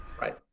Right